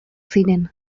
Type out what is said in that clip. ziren